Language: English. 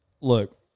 Look